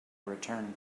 return